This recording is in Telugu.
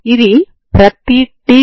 కాబట్టి మొదట దీనిని చేద్దాం